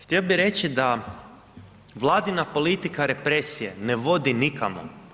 Htio bi reći da Vladina politika represije ne vodi nikamo.